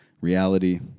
reality